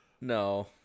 No